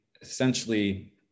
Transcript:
essentially